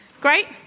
Great